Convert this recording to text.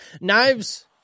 Knives